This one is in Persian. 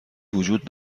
وجود